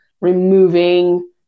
removing